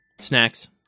Snacks